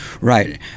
Right